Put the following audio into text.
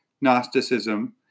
Gnosticism